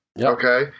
Okay